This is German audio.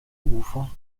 ufer